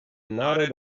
nodded